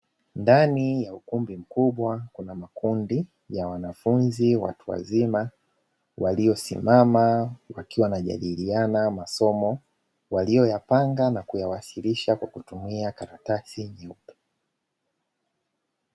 Ndani ya ukumbi mkubwa kuna makundi ya wanafunzi watu wazima waliosimama wakiwa wanajadiliana masomo waliyoyapanga na kuyawasilisha kwa kutumia karatasi nyeupe.